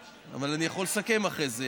יואב, אבל אני יכול לסכם אחרי זה.